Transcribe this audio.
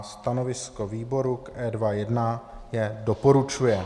Stanovisko výboru k E21 je doporučuje.